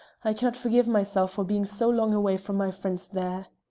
i cannot forgive myself for being so long away from my friends there.